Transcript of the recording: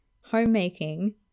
homemaking